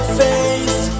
face